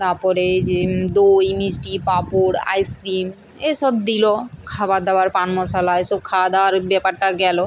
তারপরে যে দই মিষ্টি পাঁপড় আইসক্রিম এসব দিল খাবার দাবার পান মশলা এসব খাওয়া দাওয়ার ব্যাপারটা গেল